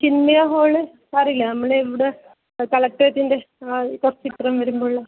Chinmaya hall അറിയില്ലേ നമ്മൾ ഇവിടെ കളക്ട്രേറ്റിൻ്റെ തൊട്ടിപ്രം വരുമ്പോഴുള്ള